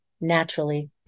naturally